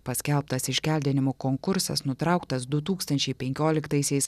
paskelbtas iškeldinimo konkursas nutrauktas du tūkstančiai penkioliktaisiais